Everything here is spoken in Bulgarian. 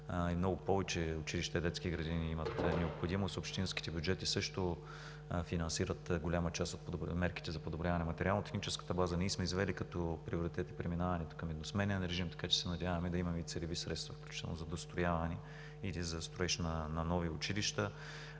и много повече училища и детски градини имат необходимост. Общинските бюджети също финансират голяма част от мерките за подобряване на материално-техническата база. Ние сме извели като приоритет и преминаването към едносменен режим, така че се надяваме да имаме целеви средства, включително за дострояване или за строеж на нови училища.